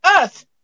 earth